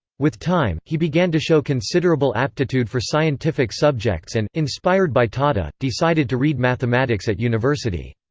with time, he began to show considerable aptitude for scientific subjects and, inspired by tahta, decided to read mathematics at university.